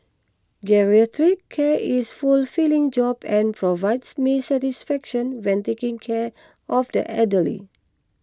geriatric care is fulfilling job and provides me satisfaction when taking care of the elderly